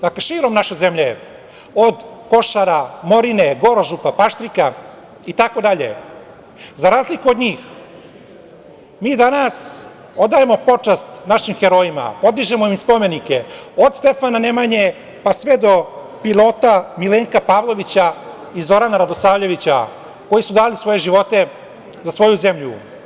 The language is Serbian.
Dakle, širom naše zemlje od Košara, Morine, Paštrika itd, za razliku od njih mi danas odajemo počast našim herojima, podižemo im spomenike od Stefana Nemanje pa sve do pilota Milenka Pavlovića i Zorana Radosavljevića, koji su dali svoje živote za svoju zemlju.